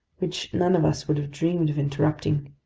which none of us would have dreamed of interrupting